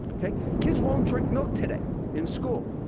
kids won't drink milk today in school.